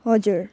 हजुर